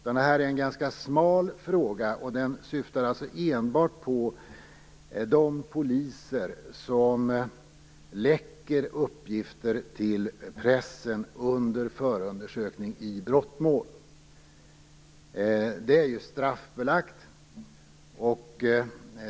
Det här är en ganska smal fråga och syftar enbart på de poliser som läcker uppgifter till pressen under förundersökning i brottmål. Det är straffbelagt.